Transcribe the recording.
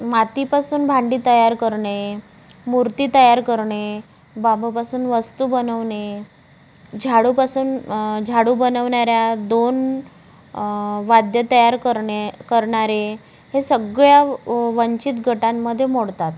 मातीपासून भांडी तयार करणे मूर्ती तयार करणे बांबूपासून वस्तू बनवणे झाडूपासून झाडू बनवणाऱ्या दोन वाद्य तयार करणे करणारे हे सगळ्या व वंचित गटांमध्ये मोडतात